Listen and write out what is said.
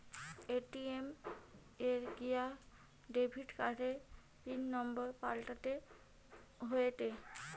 ATM এ গিয়া debit কার্ডের পিন নম্বর পাল্টাতে হয়েটে